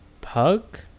Pug